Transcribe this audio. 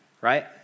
right